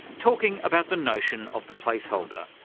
talking about the notion of the place-holder.